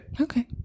Okay